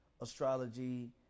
astrology